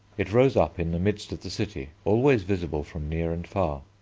it rose up in the midst of the city, always visible from near and far.